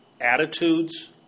attitudes